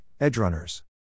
Edgerunners